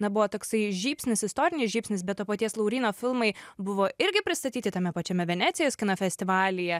na buvo toksai žybsnis istorinis žybsnis bet to paties lauryno filmai buvo irgi pristatyti tame pačiame venecijos kino festivalyje